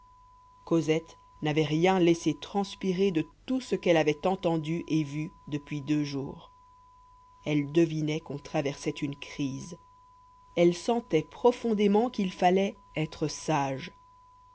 cosette n'avait rien laissé transpirer de tout ce qu'elle avait entendu et vu depuis deux jours elle devinait qu'on traversait une crise elle sentait profondément qu'il fallait être sage